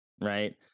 right